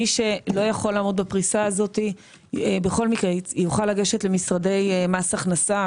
מי שלא יכול לעמוד בפריסה הזאת בכל מקרה יוכל לגשת למשרדי מס הכנסה,